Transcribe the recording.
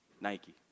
Nike